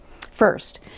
First